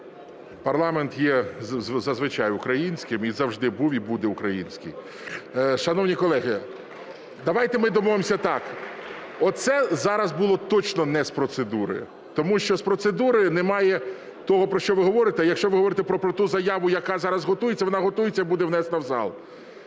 Парламент є зазвичай українським і завжди був, і буде український. Шановні колеги, давайте ми домовимось так. Оце зараз було точно не з процедури, тому що з процедури немає того, про що ви говорите. А якщо ви говорите про ту заяву, яка зараз готується, вона готується і буде внесена в зал.